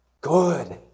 Good